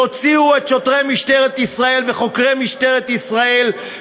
תוציאו את שוטרי משטרת ישראל וחוקרי משטרת ישראל,